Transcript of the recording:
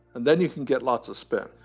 and then you can get lots of spin.